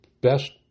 best